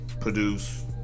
Produce